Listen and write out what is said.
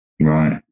right